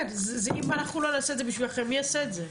אם אנחנו לא נעשה את זה בשבילכם, מי יעשה את זה?